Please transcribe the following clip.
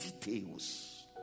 details